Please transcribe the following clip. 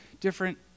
different